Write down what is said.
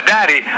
Daddy